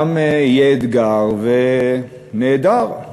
גם יהיה אתגר, נהדר.